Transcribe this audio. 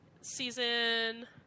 season